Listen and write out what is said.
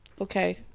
okay